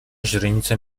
źrenice